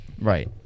right